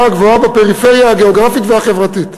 הגבוהה לפריפריה הגיאוגרפית והחברתית,